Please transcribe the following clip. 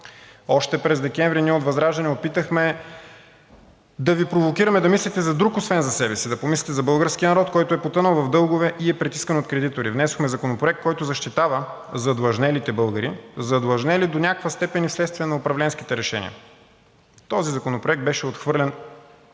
Още през декември ние от ВЪЗРАЖДАНЕ опитахме да Ви провокираме да мислите за друг, освен за себе си – да помислите за българския народ, който е потънал в дългове и е притискан от кредитори. Внесохме законопроект, който защитава задлъжнелите българи, задлъжнели и до някаква степен вследствие на управленските решения. Този законопроект беше отхвърлен,